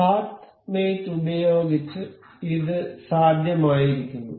path mate ഉപയോഗിച്ച് ഇത് സാധ്യമായിരുന്നു